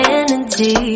energy